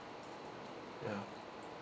ya